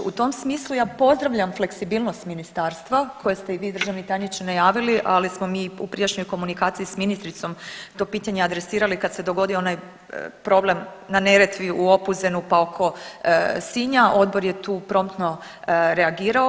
U tom smislu ja pozdravljam fleksibilnost ministarstva koje ste i vi državni tajniče najavili ali smo mi u prijašnjoj komunikaciji s ministricom to pitanje adresirali kad se dogodio onaj problem na Neretvi, u Opuzenu pa oko Sinja, odbor je tu promptno reagirao.